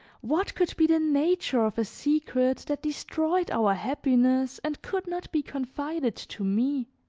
what could be the nature of a secret that destroyed our happiness and could not be confided to me?